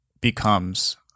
becomes